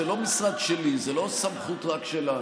זה לא משרד שלי, זה לא סמכות רק שלנו.